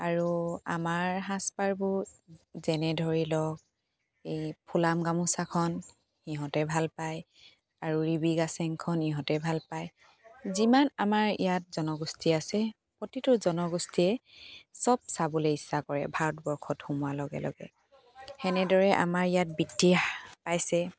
আৰু আমাৰ সাজ পাৰবোৰ যেনে ধৰি লওক এই ফুলাম গামোচাখন ইহঁতে ভাল পায় আৰু ৰিবি গাচেংখন ইহঁতে ভাল পায় যিমান আমাৰ ইয়াত জনগোষ্ঠী আছে প্ৰতিটো জনগোষ্ঠীৰেই চব চাবলৈ ইচ্ছা কৰে ভাৰতবৰ্ষত সোমোৱাৰ লগে লগে সেনেদৰে আমাৰ ইয়াত বৃদ্ধি পাইছে